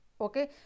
okay